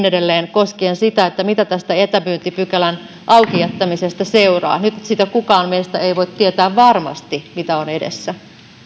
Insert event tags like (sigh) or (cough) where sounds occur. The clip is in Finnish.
(unintelligible) edelleen koskien sitä mitä tästä etämyyntipykälän auki jättämisestä seuraa nyt kukaan meistä ei voi tietää varmasti sitä mitä on edessä